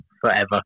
forever